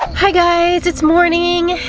hi guys, it's morning.